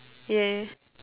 yeah